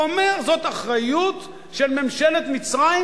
הוא אומר: זאת אחריות של ממשלת מצרים